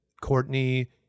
Courtney